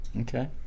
okay